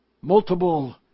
multiple